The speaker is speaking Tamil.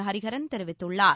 ஹரிகரன் தெரிவித்துள்ளார்